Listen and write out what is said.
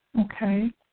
Okay